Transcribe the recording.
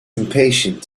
impatient